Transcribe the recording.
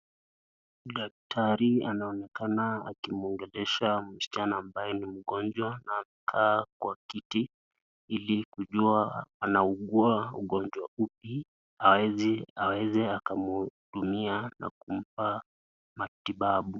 Daktari anaonekana akimuongelesha msichana ambaye ni mgonjwa na anakaa kwa kiti ili kujua anaugua ugonjwa upi aweze akamhudumia na kumpa matibabu.